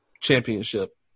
Championship